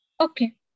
Okay